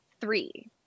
three